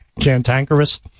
Cantankerous